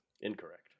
Incorrect